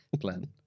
plan